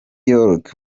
york